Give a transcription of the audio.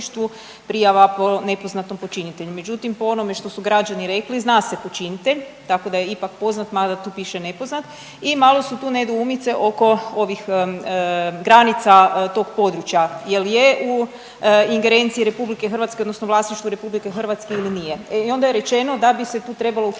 prijava po nepoznatom počinitelju. Međutim, po onome što su građani rekli zna se počinitelj, tako da je ipak poznat, mada tu piše nepoznat. I malo su tu nedoumice oko ovih granica tog područja jel' je u ingerenciji Republike Hrvatske, odnosno vlasništvu Republike Hrvatske ili nije. E i onda je rečeno da bi se tu trebala uključiti